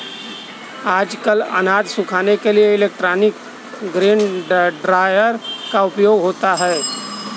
आजकल अनाज सुखाने के लिए इलेक्ट्रॉनिक ग्रेन ड्रॉयर का उपयोग होता है